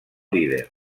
líder